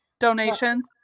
donations